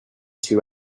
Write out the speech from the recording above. two